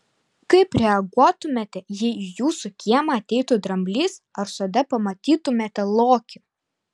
kaip reaguotumėte jei į jūsų kiemą ateitų dramblys ar sode pamatytumėte lokį